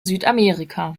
südamerika